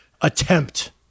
attempt